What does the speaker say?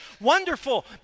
wonderful